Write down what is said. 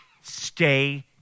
Stay